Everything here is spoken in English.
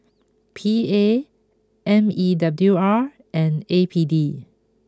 P A M E W R and A P D